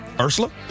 Ursula